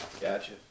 Gotcha